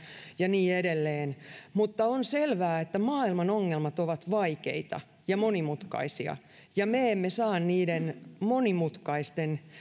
ja niin edelleen mutta on selvää että maailman ongelmat ovat vaikeita ja monimutkaisia ja me emme saa niiden monimutkaisten